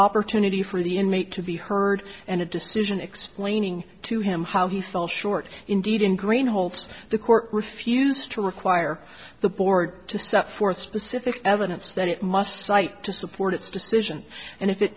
opportunity for the inmate to be heard and a decision explaining to him how he fell short indeed in green holds the court refused to require the board to set forth specific evidence that it must cite to support its decision and if it